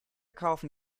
kaufen